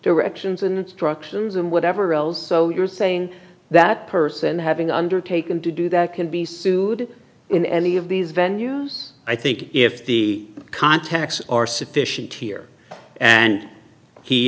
directions instructions and whatever else so you're saying that person having undertaken to do that can be sued in any of these venue's i think if the contacts are sufficient here and he